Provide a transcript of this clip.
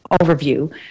overview